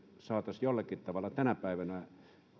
saataisiin jollakin tavalla tänä päivänä